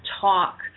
talk